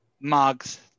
mugs